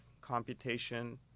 computation